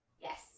Yes